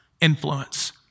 influence